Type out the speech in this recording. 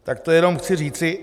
Tak to jenom chci říci.